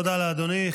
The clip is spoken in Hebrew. תודה לאדוני.